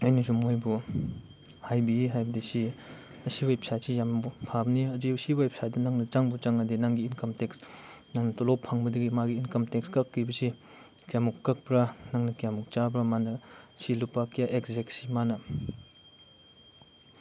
ꯑꯩꯅꯁꯨ ꯃꯣꯏꯕꯨ ꯍꯥꯏꯕꯤ ꯍꯥꯏꯕꯗꯤꯁꯤ ꯑꯁꯤ ꯋꯦꯕ ꯁꯥꯏꯗꯁꯤ ꯌꯥꯝ ꯐꯕꯅꯤ ꯍꯥꯏꯗꯤ ꯁꯤ ꯋꯦꯕ ꯁꯥꯏꯗꯇ ꯅꯪꯅ ꯆꯪꯕꯤ ꯆꯪꯉꯗꯤ ꯅꯪꯒꯤ ꯏꯟꯀꯝ ꯇꯦꯛꯁ ꯅꯪ ꯇꯣꯂꯣꯞ ꯐꯪꯕꯗꯒꯤ ꯃꯥꯒꯤ ꯏꯟꯀꯝ ꯇꯦꯛꯁ ꯀꯛꯈꯤꯕꯁꯤ ꯀꯌꯥꯃꯨꯛ ꯀꯛꯄ꯭ꯔꯥ ꯅꯪꯅ ꯀꯌꯥꯃꯨꯛ ꯆꯥꯕ꯭ꯔꯥ ꯁꯤ ꯂꯨꯄꯥ ꯀꯌꯥ ꯑꯦꯛꯖꯦꯛꯁꯤ ꯃꯥꯅ